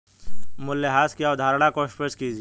मूल्यह्रास की अवधारणा को स्पष्ट कीजिए